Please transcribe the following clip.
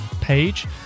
page